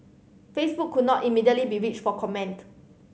Facebook could not immediately be reached for comment